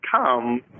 come